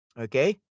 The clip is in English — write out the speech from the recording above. Okay